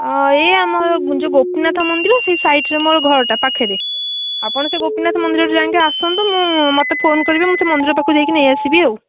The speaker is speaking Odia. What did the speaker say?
ଏଇ ଆମ ଯେଉଁ ଗୋପୀନାଥ ମନ୍ଦିର ସେଇ ସାଇଟ୍ରେ ମୋ ଘରଟା ପାଖରେ ଆପଣ ସେଇ ଗୋପୀନାଥ ମନ୍ଦିର ଯାଏଁ ଆସନ୍ତୁ ମୁଁ ମୋତେ ଫୋନ୍ କରିବେ ମୁଁ ସେଇ ମନ୍ଦିର ପାଖକୁ ଯାଇଁକି ନେଇଆସିବି ଆଉ